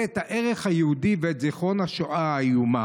את הערך היהודי ואת זיכרון השואה האיומה,